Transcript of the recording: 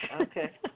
okay